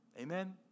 Amen